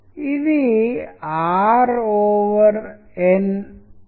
కానీ ఇప్పుడు మనము ఇమేజ్కి టెక్స్ట్లతో ఉన్న సంబంధానికి వెల్దాము